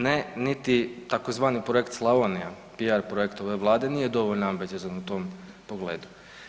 Ne niti tzv. projekt Slavonija, PR projekt ove Vlade nije dovoljno ambiciozan u tom pogledu.